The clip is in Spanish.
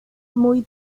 muy